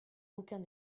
aucun